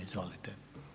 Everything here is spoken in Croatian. Izvolite.